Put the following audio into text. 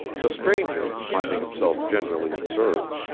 the stranger, finding himself generally observed,